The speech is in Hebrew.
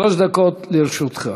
שלוש דקות לרשותך.